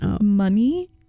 Money